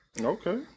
Okay